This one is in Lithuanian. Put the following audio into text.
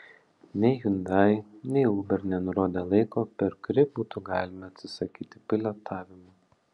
nei hyundai nei uber nenurodė laiko per kurį būtų galima atsisakyti pilotavimo